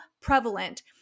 prevalent